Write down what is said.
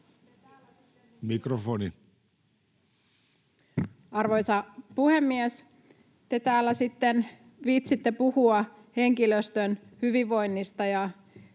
Content: Arvoisa puhemies! Te täällä sitten viitsitte puhua henkilöstön hyvinvoinnista ja